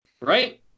right